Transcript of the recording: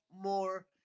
more